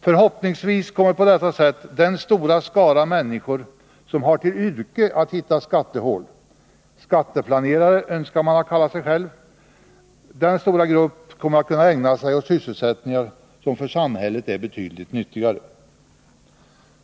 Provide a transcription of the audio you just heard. Förhoppningsvis kommer på detta sätt den stora skara människor som har till yrke att hitta skattehål —skatteplanerare önskar man kalla sig själv — att kunna ägna sig åt sysselsättningar som för samhället är betydligt nyttigare.